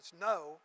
No